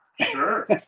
Sure